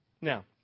Now